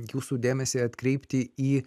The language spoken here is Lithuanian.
jūsų dėmesį atkreipti į